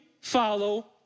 follow